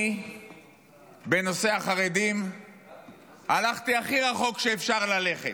אני בנושא החרדים הלכתי הכי רחוק שאפשר ללכת,